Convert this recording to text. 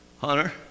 Hunter